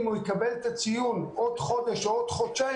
אם הוא ייקבל את הציון עוד חודש או עוד חודשיים,